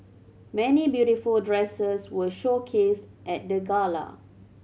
many beautiful dresses were showcased at the gala